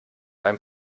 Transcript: ein